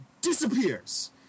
disappears